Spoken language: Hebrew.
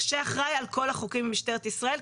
שאחראי על כל החוקרים במשטרת ישראל.